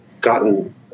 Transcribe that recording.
gotten